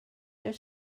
their